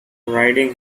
riding